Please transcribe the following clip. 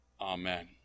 Amen